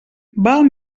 val